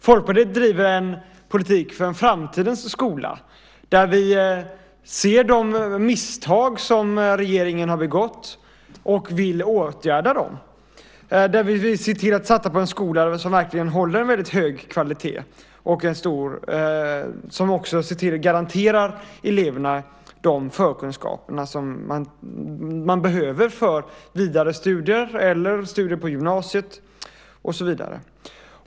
Folkpartiet driver en politik för framtidens skola där vi ser de misstag som regeringen har begått och vill åtgärda dem, där vi vill satsa på en skola som verkligen håller en väldigt hög kvalitet och som också garanterar eleverna de förkunskaper de behöver för vidare studier eller studier på gymnasiet och så vidare.